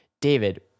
David